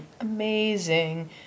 amazing